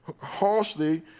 harshly